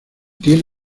tiene